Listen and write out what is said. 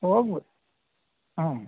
ಹೋಗ್ಬೋದು ಹಾಂ